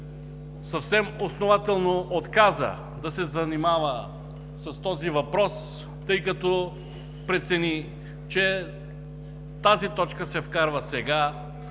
съвсем основателно отказа да се занимава с този въпрос, тъй като прецени, че тази точка се вкарва сега,